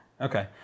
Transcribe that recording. Okay